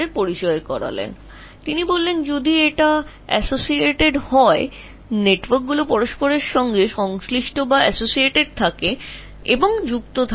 তিনি বলেছিলেন এটি যদি সহযোগী হয় নেটওয়ার্কগুলি একে অপরের সাথে যুক্ত থাকে এবং একে অপরের সাথে সংযুক্ত থাকে